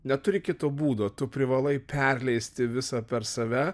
neturi kito būdo tu privalai perleisti visą per save